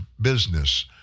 business